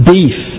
Beef